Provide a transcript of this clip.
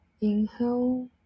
Inhale